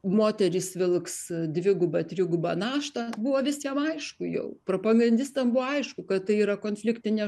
moterys vilks dvigubą trigubą naštą buvo visiem aišku jau propagandistam buvo aišku kad tai yra konfliktinė